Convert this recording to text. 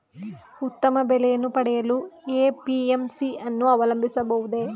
ಉತ್ತಮ ಬೆಲೆಯನ್ನು ಪಡೆಯಲು ಎ.ಪಿ.ಎಂ.ಸಿ ಯನ್ನು ಅವಲಂಬಿಸಬಹುದೇ?